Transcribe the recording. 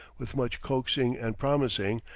with much coaxing and promising,